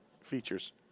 features